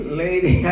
lady